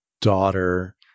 daughter